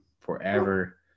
forever